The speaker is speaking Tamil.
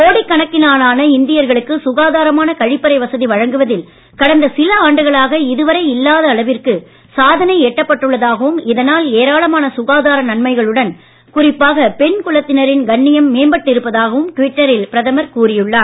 கோடிக்கணக்கிலான இந்தியர்களுக்கு சுகாதாரமான கழிப்பறை வசதி வழங்குவதில் கடந்த சில ஆண்டுகளாக இதுவரை இல்லாத அளவிற்கு சாதனை எட்டப்பட்டுள்ளதாகவும் இதனால் ஏராளமான சுகாதார நன்மைகளுடன் குறிப்பாக பெண் குலத்தினரின் கண்ணியம் மேம்பட்டு இருப்பதாகவும் டுவிட்டரில் பிரதமர் கூறியுள்ளார்